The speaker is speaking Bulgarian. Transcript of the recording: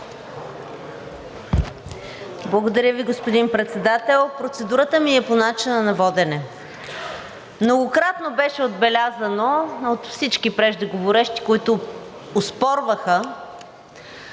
Благодаря Ви, господин Председател. Процедурата ми е по начина на водене. Многократно беше отбелязано от всички преждеговоривши, които оспорваха